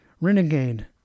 Renegade